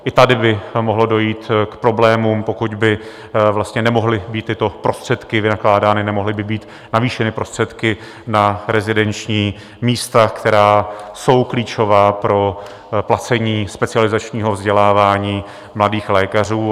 I tady by mohlo dojít k problémům, pokud by nemohly být tyto prostředky vynakládány, nemohly by být navýšeny prostředky na rezidenční místa, která jsou klíčová pro placení specializačního vzdělávání mladých lékařů.